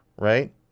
right